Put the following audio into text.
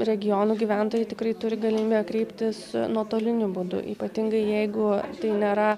regionų gyventojai tikrai turi galimybę kreiptis nuotoliniu būdu ypatingai jeigu tai nėra